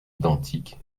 identiques